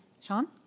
Sean